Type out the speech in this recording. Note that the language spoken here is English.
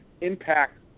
Impact